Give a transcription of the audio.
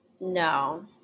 No